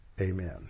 Amen